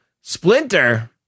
Splinter